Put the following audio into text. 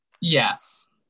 Yes